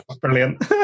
brilliant